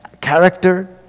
character